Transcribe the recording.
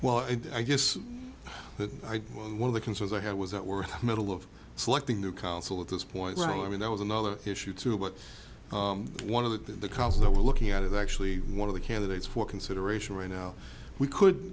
well i guess but i think one of the concerns i had was that we're middle of selecting the council at this point i mean that was another issue too but one of the the council that we're looking at is actually one of the candidates for consideration right now we could